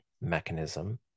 mechanism